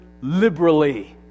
Liberally